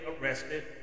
arrested